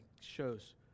shows